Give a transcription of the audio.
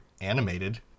animated